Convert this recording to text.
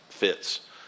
Fits